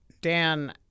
Dan